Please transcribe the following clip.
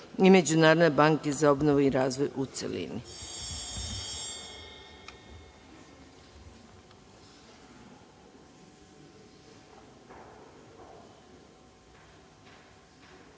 i Međunarodne banke za obnovu i razvoj, u